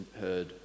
heard